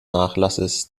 nachlasses